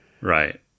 Right